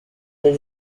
des